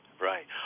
Right